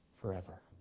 forever